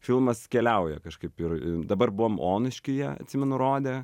filmas keliauja kažkaip ir dabar buvom onuškyje atsimenu rodė